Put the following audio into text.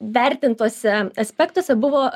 vertintuose aspektuose buvo